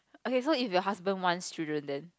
okay so if your husband wants children then